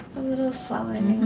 a little swelling,